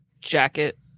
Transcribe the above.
jacket